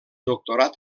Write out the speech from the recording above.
doctorat